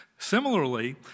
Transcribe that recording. Similarly